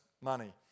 money